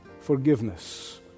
forgiveness